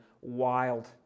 wild